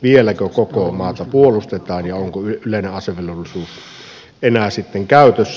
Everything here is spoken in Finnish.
vieläkö koko maata puolustetaan ja onko yleinen asevelvollisuus enää sitten käytössä